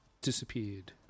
disappeared